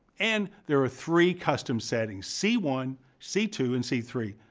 and, there are three custom settings c one, c two, and c three.